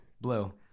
Blue